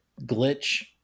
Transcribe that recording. glitch